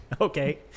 Okay